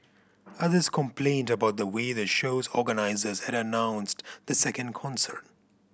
others complained about the way the show's organisers had announced the second concert